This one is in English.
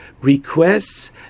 requests